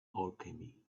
alchemy